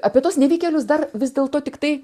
apie tuos nevykėlius dar vis dėlto tiktai